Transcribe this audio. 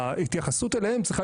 חשוב לי מאוד שאתה תשמע.